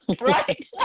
Right